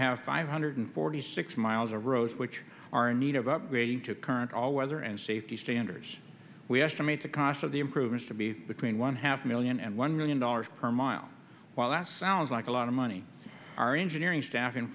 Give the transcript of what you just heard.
have five hundred forty six miles of roads which are in need of upgrading to current all weather and safety standards we estimate the cost of the improvements to be between one half million and one million dollars per mile while that sounds like a lot of money our engineering staff in